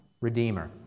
Redeemer